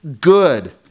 good